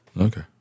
Okay